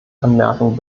anmerkung